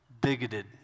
bigoted